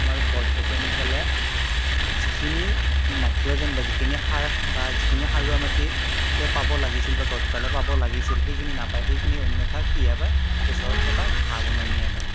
আমাৰ গছ গছনিডালে যিখিনি নাইট্ৰ'জেন বা যিখিনি সাৰ বা যিখিনি সাৰুৱা মাটি তেওঁ পাব লাগিছিল বা গছডালে পাব লাগিছিল সেইখিনি নাপায় সেইখিনি অন্যথা কিহে পায় ওচৰত থকা ঘাঁহ বননিয়ে পায়